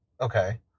Okay